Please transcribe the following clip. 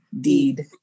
Deed